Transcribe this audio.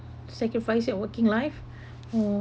sacrifice your working life uh